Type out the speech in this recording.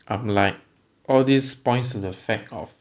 I'm like all these points to the fact of